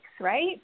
right